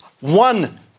one